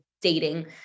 dating